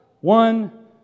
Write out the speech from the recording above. one